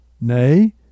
Nay